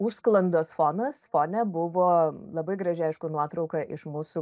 užsklandos fonas fone buvo labai gražiai aišku nuotrauka iš mūsų